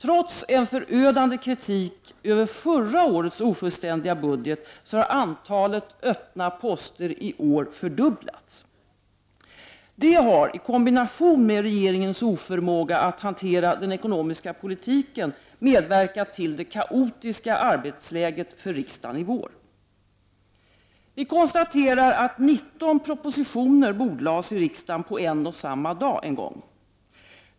Trots en förödande kritik över förra årets ofullständiga budget har antalet öppna poster i år fördubblats. Det har i kombination med regeringens oförmåga att hantera den ekonomiska politiken medverkat till det kaotiska arbetsläget för riksdagen i vår. Vi konstaterar att 19 propositioner bordlades i riksdagen på en och samma dag.